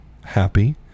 happy